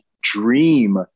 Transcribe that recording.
dream